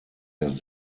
das